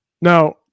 Now